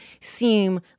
seem